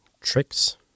tricks